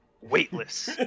weightless